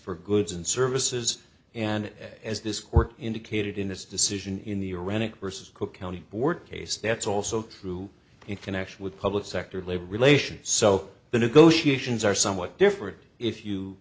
for goods and services and as this court indicated in this decision in the erotic versus cook county board case that's also true in connection with public sector labor relations so the negotiations are somewhat different if you